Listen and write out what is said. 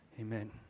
Amen